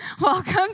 Welcome